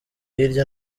hirya